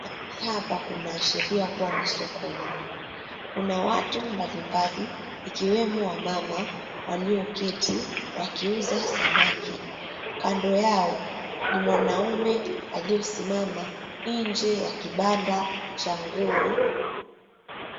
Mahali hapa kunaashiria kuwa ni sokoni. Kuna watu mbalimbali ikiwemo wamama walioketi wakiuza samaki. Kando yao ni mwanaume aliyesimama nje ya kibanda cha nguo.